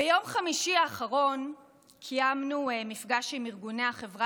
ביום חמישי האחרון קיימנו מפגש עם ארגוני החברה